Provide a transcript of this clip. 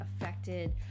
affected